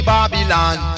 Babylon